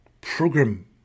program